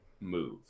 move